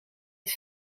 het